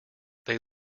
they